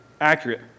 accurate